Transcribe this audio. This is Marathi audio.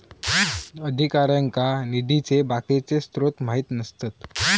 अधिकाऱ्यांका निधीचे बाकीचे स्त्रोत माहित नसतत